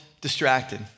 Distracted